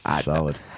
Solid